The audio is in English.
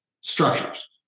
structures